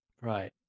Right